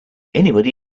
anybody